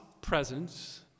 presence